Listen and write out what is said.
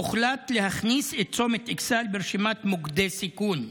הוחלט להכניס את צומת אכסאל לרשימת מוקדי סיכון,